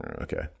okay